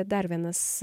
dar vienas